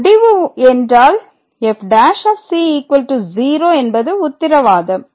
முடிவு என்றால் f'0 என்பது உத்திரவாதம்